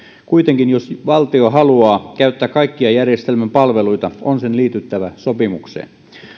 kuitenkin jos valtio haluaa käyttää kaikkia järjestelmän palveluita on sen liityttävä sopimukseen